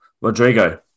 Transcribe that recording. Rodrigo